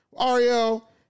Ariel